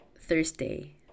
Thursday